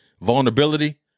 vulnerability